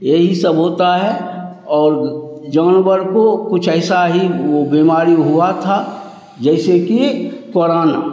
यही सब होता है और जानवर को कुछ ऐसा ही वह बीमारी हुआ था जैसे कि कोरोना